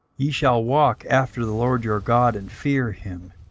ye shall walk after the lord your god, and fear him,